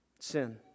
Sin